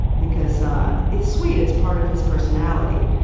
because it's sweet. it's part of his personality.